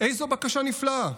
איזו בקשה נפלאה,